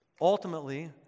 Ultimately